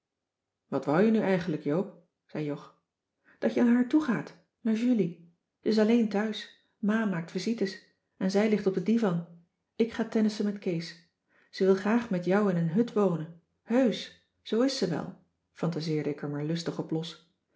wat wou je nu eigenlijk joop zei jog dat je naar haar toegaat naar julie ze is alleen thuis ma maakt visites en zij ligt op den divan ik ga tennissen met kees ze wil graag met jou in een hut wonen heusch zoo is ze wel fantaseerde ik er maar lustig op los